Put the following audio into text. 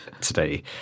today